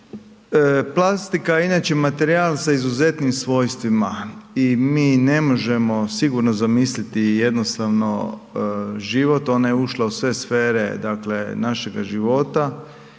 Plastika je inače materijal sa izuzetnim svojstvima i mi ne možemo sigurno zamisliti jednostavno život, ona ušla u sve sfere našega života